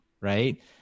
right